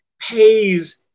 pays